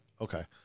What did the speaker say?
Okay